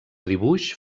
dibuix